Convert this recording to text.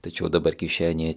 tačiau dabar kišenėje